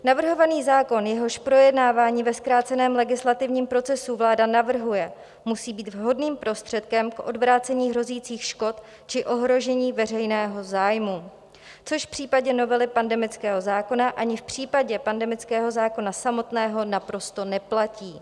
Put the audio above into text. Navrhovaný zákon, jehož projednávání ve zkráceném legislativním procesu vláda navrhuje, musí být vhodným prostředkem k odvrácení hrozících škod či ohrožení veřejného zájmu, což v případě novely pandemického zákona ani v případě pandemického zákona samotného naprosto neplatí.